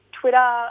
Twitter